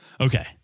Okay